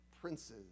princes